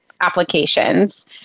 applications